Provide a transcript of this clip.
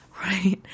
Right